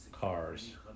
Cars